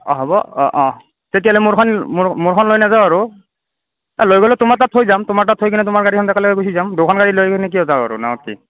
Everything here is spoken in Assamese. অ হ'ব অ অ তেতিয়াহ'লে মোৰখন মো মোৰখন লৈ নাযাওঁ আৰু লৈ গ'লে তোমাৰ তাত থৈ যাম তোমাৰ তাত থৈকেনে তোমাৰ গাড়ীখনত একেলগে গুচি যাম দুখন গাড়ী লৈকেনে কিয় যাওঁ আৰু ন' কি